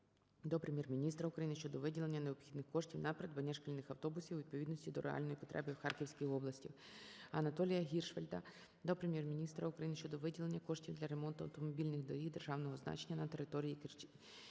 до Прем'єр-міністра України щодо виділення необхідних коштів на придбання шкільних автобусів у відповідності до реальної потреби у Харківській області. АнатоліяГіршфельда до Прем'єр-міністра України щодо виділення коштів для ремонту автомобільних доріг державного значення на території